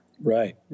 Right